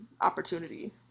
opportunity